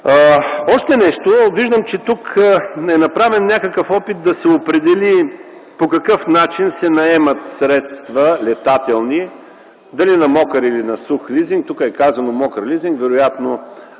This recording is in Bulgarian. власт. Виждам, че тук е направен някакъв опит да се определи по какъв начин се наемат летателни средства – дали на мокър или на сух лизинг. Тук е казано на мокър лизинг